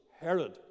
Herod